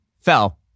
fell